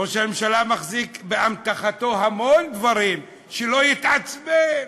ראש הממשלה מחזיק באמתחתו המון דברים, שלא יתעצבן,